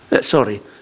Sorry